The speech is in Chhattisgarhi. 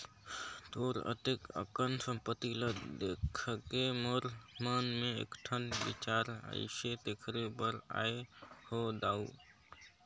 तोर अतेक अकन संपत्ति ल देखके मोर मन मे एकठन बिचार आइसे तेखरे बर आये हो दाऊ